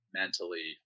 mentally